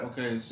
Okay